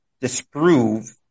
disprove